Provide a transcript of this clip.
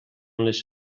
les